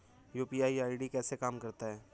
UPI ID कैसे काम करता है?